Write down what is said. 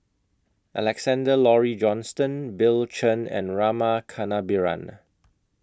Alexander Laurie Johnston Bill Chen and Rama Kannabiran